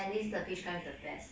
at least the peach gum is the best